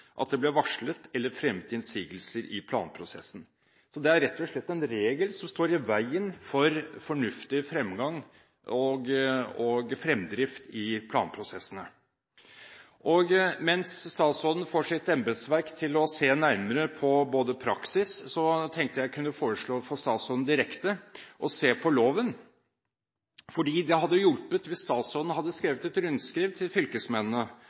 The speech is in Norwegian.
slett en regel som står i veien for fornuftig fremgang og fremdrift i planprosessene. Mens statsråden får sitt embetsverk til å se nærmere på praksis, tenkte jeg å foreslå for statsråden direkte å se på loven, for det hadde hjulpet hvis statsråden hadde sendt et rundskriv til fylkesmennene